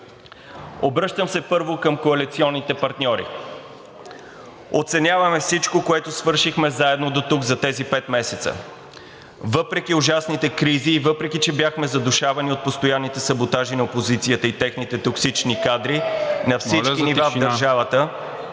Обръщам се първо към коалиционните партньори. Оценяваме всичко, което свършихме заедно дотук за тези пет месеца. Въпреки ужасните кризи и въпреки че бяхме задушавани от постоянните саботажи на опозицията и техните токсични кадри... (Възгласи: „Еее!“ от